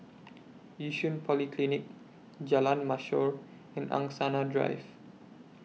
Yishun Polyclinic Jalan Mashhor and Angsana Drive